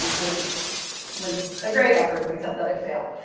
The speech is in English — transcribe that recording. which was a great effort but except that it failed.